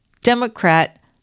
Democrat